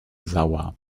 sauer